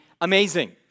amazing